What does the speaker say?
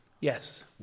Yes